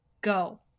go